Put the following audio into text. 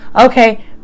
Okay